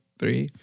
three